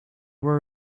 were